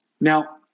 Now